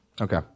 Okay